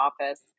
Office